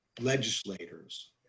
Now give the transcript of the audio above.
legislators